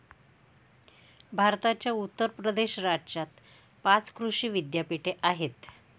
भारताच्या उत्तर प्रदेश राज्यात पाच कृषी विद्यापीठे आहेत